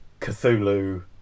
Cthulhu